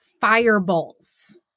fireballs